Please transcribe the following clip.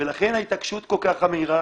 ולכן ההתעקשות כל כך חמורה,